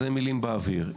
אלה מילים באוויר.